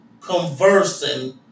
conversing